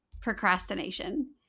procrastination